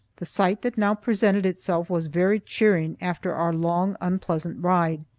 the sight that now presented itself was very cheering after our long, unpleasant ride.